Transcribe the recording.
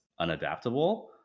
unadaptable